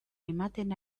ematen